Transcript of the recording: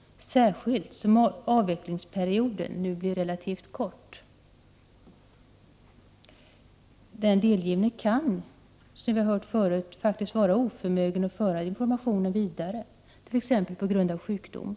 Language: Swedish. Inte minst med hänsyn till att det är fråga om en relativt kort avvecklingsperiod—--.” Men den delgivne kan faktiskt, som vi har hört förut, vara oförmögen att föra information vidare, t.ex. på grund av sjukdom.